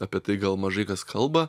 apie tai gal mažai kas kalba